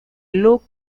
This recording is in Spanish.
luc